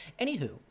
Anywho